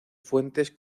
fuentes